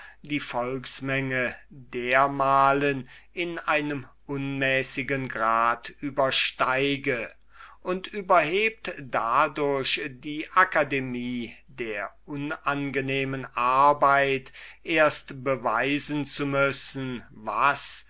die volksmenge dermalen in einem unmäßigen und enormen grade übersteige und überhebt dadurch die akademie der unangenehmen arbeit erst beweisen zu müssen was